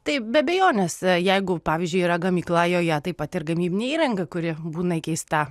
taip be abejonės jeigu pavyzdžiui yra gamykla joje taip pat ir gamybinė įranga kuri būna įkeista